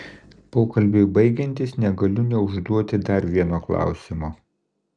pokalbiui baigiantis negaliu neužduoti dar vieno klausimo